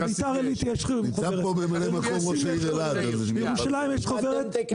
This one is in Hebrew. בירושלים יש חוברת,